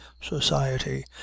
society